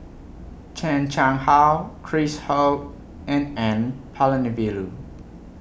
Chan Chang How Chris Ho and N Palanivelu